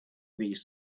these